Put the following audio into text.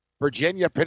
Virginia